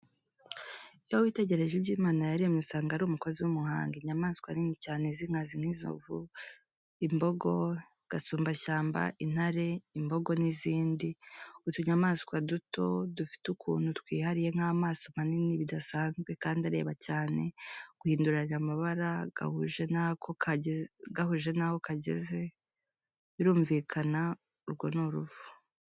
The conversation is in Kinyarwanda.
Iyo witegereje ibyo Imana yaremye usanga ari umukozi w'umuhanga, inyamaswa nini cyane z'inkazi nk'inzovu, imbogo, gasumbashyamba, intare, imbogo n'izindi n'utunyamaswa duto, dufite ukuntu twihariye nk'amaso manini bidasanzwe kandi areba cyane, guhinduranya amabara gahuje n'aho kageze, birumvikana urwo ni uruvu.